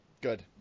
good